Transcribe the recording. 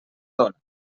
dóna